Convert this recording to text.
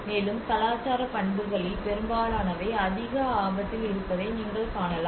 மேலும் கலாச்சார பண்புகளில் பெரும்பாலானவை அதிக ஆபத்தில் இருப்பதை நீங்கள் காணலாம்